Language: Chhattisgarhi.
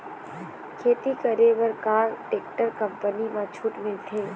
खेती करे बर का टेक्टर कंपनी म छूट मिलथे?